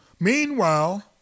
Meanwhile